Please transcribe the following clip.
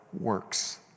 works